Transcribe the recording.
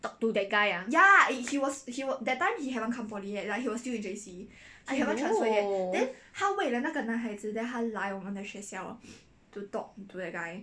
talk to that guy ah !aiyo!